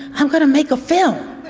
i'm gonna make a film.